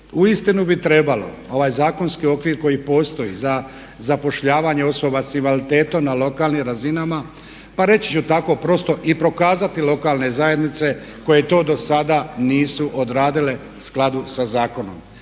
uistinu bi trebalo ovaj zakonski okvir koji postoji za zapošljavanje osoba s invaliditetom na lokalnim razinama pa reći ću tako prosto i prokazati lokalne zajednice koje to do sada nisu odradile u skladu sa zakonom.